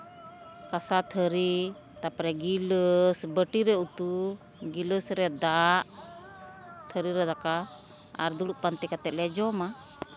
ᱠᱟᱸᱥᱟ ᱛᱷᱟᱹᱨᱤ ᱛᱟᱨᱯᱚᱨᱮ ᱜᱤᱞᱟᱹᱥ ᱵᱟᱹᱴᱤᱨᱮ ᱩᱛᱩ ᱜᱤᱞᱟᱹᱥ ᱨᱮ ᱫᱟᱜ ᱛᱷᱟᱹᱨᱤ ᱨᱮ ᱫᱟᱠᱟ ᱟᱨ ᱫᱩᱲᱩᱵ ᱯᱟᱱᱛᱮ ᱠᱟᱛᱮᱫ ᱞᱮ ᱡᱚᱢᱟ